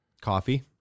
Coffee